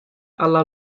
alla